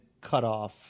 cutoff